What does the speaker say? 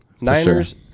Niners